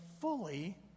fully